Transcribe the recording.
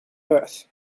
earth